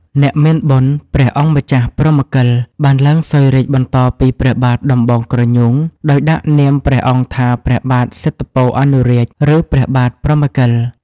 អ្នកមានបុណ្យ ព្រះអង្គម្ចាស់ព្រហ្មកិល បានឡើងសោយរាជ្យបន្តពីព្រះបាទដំបងក្រញូង ដោយដាក់នាមព្រះអង្គថាព្រះបាទសិទ្ធពអនុរាជ ឬព្រះបាទព្រហ្មកិល។